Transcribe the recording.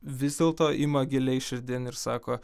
vis dėlto ima giliai širdin ir sako